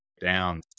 down